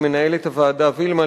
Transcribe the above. למנהלת הוועדה וילמה,